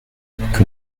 que